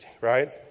right